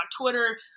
Twitter